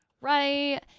right